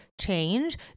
change